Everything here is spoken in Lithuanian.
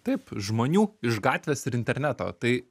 taip žmonių iš gatvės ir interneto tai